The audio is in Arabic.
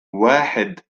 واحد